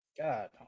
god